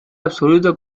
absoluto